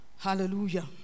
Hallelujah